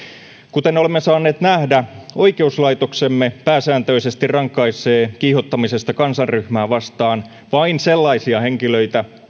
kuten olemme saaneet nähdä oikeuslaitoksemme pääsääntöisesti rankaisee kiihottamisesta kansanryhmää vastaan vain sellaisia henkilöitä